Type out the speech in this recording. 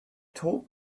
told